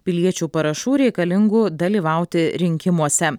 piliečių parašų reikalingų dalyvauti rinkimuose